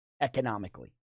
economically